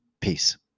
Peace